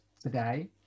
today